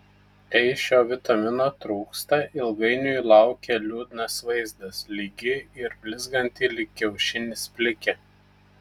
kai šio vitamino trūksta ilgainiui laukia liūdnas vaizdas lygi ir blizganti lyg kiaušinis plikė